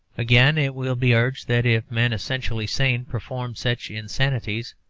again, it will be urged that if men essentially sane performed such insanities,